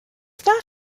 that